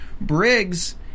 Briggs